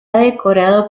decorado